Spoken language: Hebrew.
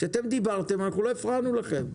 כשאתם דיברתם אנחנו לא הפרענו לכם.